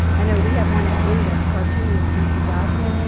i know we have one at drew that's cartooning, with mr. godsey.